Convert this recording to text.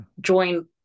join